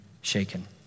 shaken